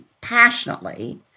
passionately